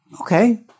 okay